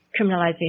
criminalization